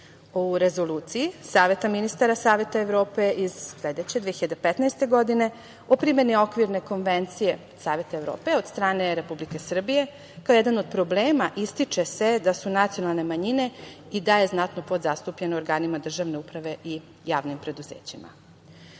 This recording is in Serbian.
Rezoluciji Saveta ministara Saveta Evrope iz sledeće 2015. godine o primeni Okvirne konvencije Saveta Evrope od strane Republike Srbije, kao jedan od problema ističe se da su nacionalne manjine i dalje znatno podzastupljene u organima državne uprave i javnim preduzećima. Ako